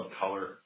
color